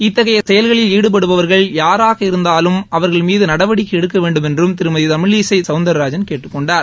இத்தகைய செயல்களில் ஈடுபடுபவர்கள் யாராக இருந்தாலும் அவர்கள் மீது நடவடிக்கை எடுக்க வேண்டுமென்றும் திருமதி தமிழிசை சௌந்தர்ராஜன் கேட்டுக் கொண்டார்